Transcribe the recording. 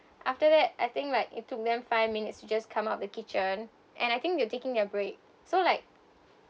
after that I think like it took them five minutes to just come up the kitchen and I think they were taking a break so like